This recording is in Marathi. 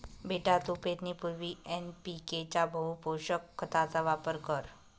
बेटा तू पेरणीपूर्वी एन.पी.के च्या बहुपोषक खताचा वापर कर